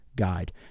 guide